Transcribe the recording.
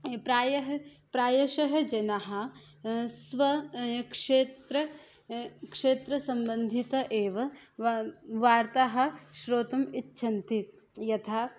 प्रायः प्रायशः जनाः स्व क्षेत्र क्षेत्रसम्बन्धिताः एव वार्ताः श्रोतुम् इच्छन्ति यथा